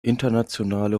internationale